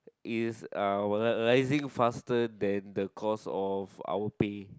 is uh rising faster than the cost of our pay